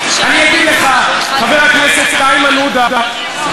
חבר הכנסת מרגלית,